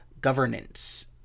governance